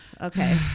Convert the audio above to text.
Okay